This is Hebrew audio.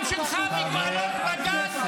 מה זה הדבר הזה?